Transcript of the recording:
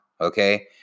okay